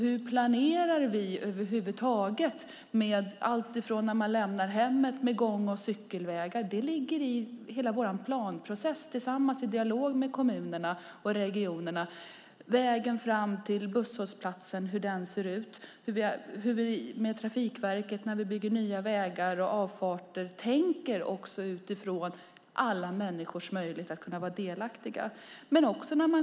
Hur planerar vi gång och cykelvägar? Det ligger i vår planprocess i dialog med kommuner och regioner. Det handlar om hur vägen till busshållplatsen ser ut. I planerandet av nya vägar och avfarter måste vi tänka på människors möjlighet att vara delaktiga.